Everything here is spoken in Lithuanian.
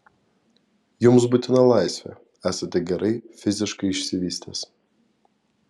jums būtina laisvė esate gerai fiziškai išsivystęs